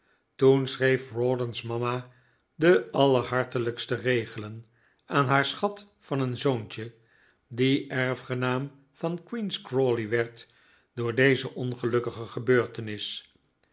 toen schreef rawdon's mama de allerhartelijkste regelen aan haar schat van een zoontje die erfgenaam van queen's crawley werd door deze ongelukkige gebeurtenis